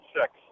six